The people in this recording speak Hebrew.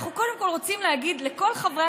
אנחנו קודם כול רוצים להגיד לכל חברי